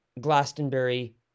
Glastonbury